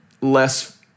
less